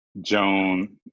joan